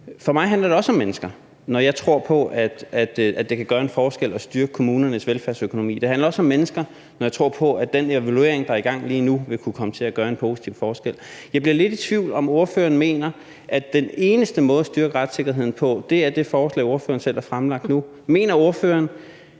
For mig handler det også om mennesker, når jeg tror på, at det kan gøre en forskel at styrke kommunernes velfærdsøkonomi. Det handler også om mennesker, når jeg tror på, at den evaluering, der er i gang lige nu, vil kunne komme til at gøre en positiv forskel. Jeg bliver lidt i tvivl om, om ordføreren mener, at den eneste måde at styrke retssikkerheden på, er at vedtage det forslag, ordføreren selv har fremsat. Mener ordføreren,